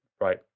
Right